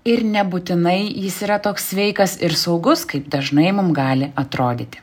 ir nebūtinai jis yra toks sveikas ir saugus kaip dažnai mum gali atrodyti